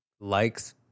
likes